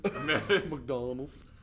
McDonald's